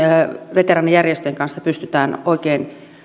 veteraanijärjestöjen kanssa pystytään oikein